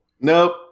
Nope